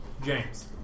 James